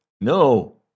No